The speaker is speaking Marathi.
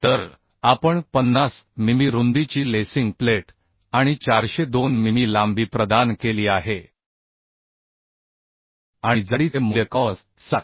तर आपण 50 मिमी रुंदीची लेसिंग प्लेट आणि 402 मिमी लांबी प्रदान केली आहे आणि जाडीचे मूल्य क्रॉस 7